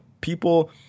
people